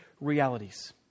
realities